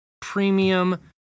premium